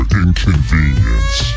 inconvenience